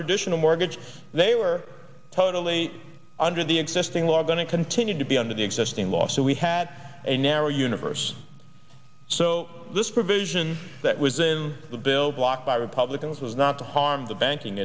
traditional mortgage they were totally under the existing law are going to continue to be under the existing law so we had a narrower universe so this provision that was in the bill blocked by republicans was not to harm the banking